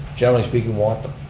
generally speaking want them,